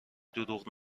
دروغ